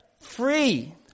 free